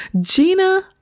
Gina